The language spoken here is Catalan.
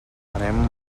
anem